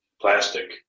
plastic